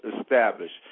established